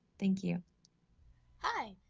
thank you hi,